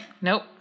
Nope